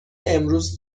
امروز